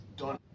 done